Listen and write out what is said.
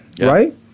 right